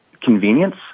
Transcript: convenience